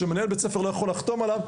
שמנהל בית ספר לא יכול לחתום עליו,